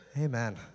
Amen